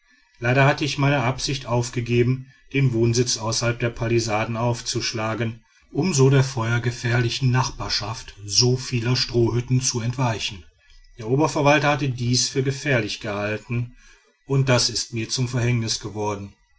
leider hatte ich meine absicht aufgegeben den wohnsitz außerhalb der palisaden aufzuschlagen um so der feuergefährlichen nachbarschaft so vieler strohhütten zu entweichen der oberverwalter hatte dies für gefährlich gehalten und das ist mir zum verhängnis geworden